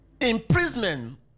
Imprisonment